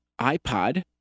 iPod